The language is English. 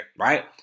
right